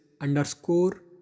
underscore